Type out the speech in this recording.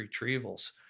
retrievals